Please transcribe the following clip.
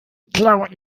klaut